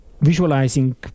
visualizing